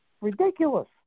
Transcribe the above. ridiculous